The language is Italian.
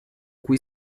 cui